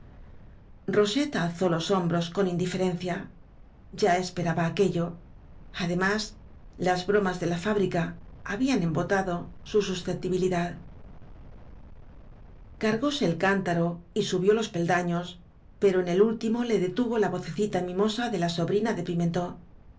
roseta alzó los hombros con indiferencia ya esperaba aquello además las bromas de la fábrica habían embotado su susceptibilidad cargóse el cántaro y subió los peldaños pero en el último le detuvo la vocecita mimosa de la sobrina de